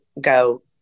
go